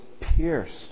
pierced